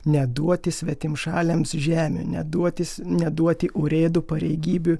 neduoti svetimšaliams žemių neduoti neduoti urėdų pareigybių